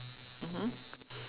mmhmm